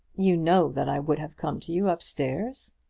you know that i would have come to you up-stairs.